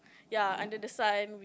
ya under the sun